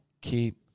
keep